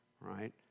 right